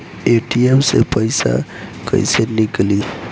ATM से पइसा कइसे निकली?